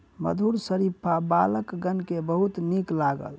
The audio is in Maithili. मधुर शरीफा बालकगण के बहुत नीक लागल